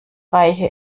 reiche